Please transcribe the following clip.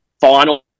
final